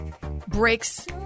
breaks